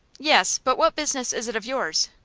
yes but what business is it of yours?